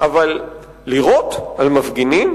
אבל לירות על מפגינים?